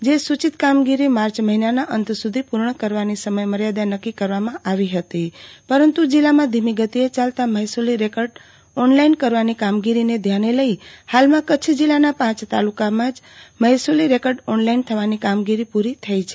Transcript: જે સુચિત કામગીરી માર્ચ મહિનાના અંત સુધી પુર્ણ કરવાની સમયમર્યાદા નક્કી કરવામાં આવી હતી પરંતુ જિલ્લામાં ધીમી ગતિએ ચાલતા મહેસુલી રેકર્ડ ઓનલાઈન કરવાની કામગીરીને ધ્યાને લઈ ફાલમાં કચ્છ જિલ્લાના પાંચ તાલુકામાં જ મહેસુલી રેકર્ડ ઓનલાઈન થવાની કામગીરી પુરી થઈ છે